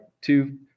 two